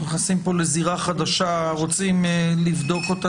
נכנסים כאן לזירה חדשה ורוצים לבדוק אותה.